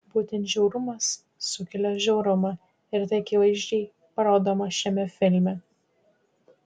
būtent žiaurumas sukelia žiaurumą ir tai akivaizdžiai parodoma šiame filme